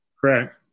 Correct